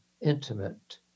intimate